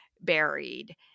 buried